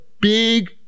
big